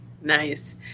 nice